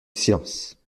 silence